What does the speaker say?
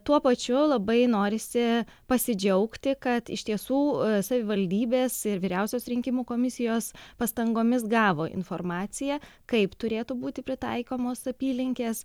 tuo pačiu labai norisi pasidžiaugti kad iš tiesų savivaldybės ir vyriausios rinkimų komisijos pastangomis gavo informaciją kaip turėtų būti pritaikomos apylinkės